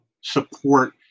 support